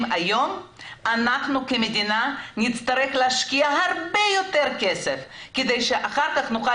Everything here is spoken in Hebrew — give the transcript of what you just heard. היום אנחנו כמדינה נצטרך להשקיע הרבה יותר כסף כדי שאחר כך נוכל